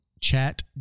chat